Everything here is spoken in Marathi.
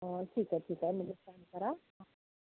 ठीक आहे ठीक आहे म्हणजे तसं करा